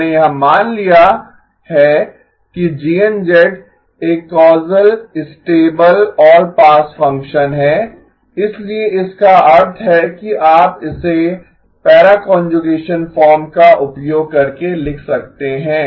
हमने यह मान लिया है कि GN एक causal stable all pass function है इसलिए इसका अर्थ है कि आप इसे पैरा कांजुगेसन फॉर्म का उपयोग करके लिख सकते हैं